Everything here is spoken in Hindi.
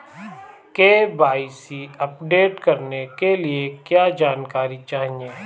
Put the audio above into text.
के.वाई.सी अपडेट करने के लिए क्या जानकारी चाहिए?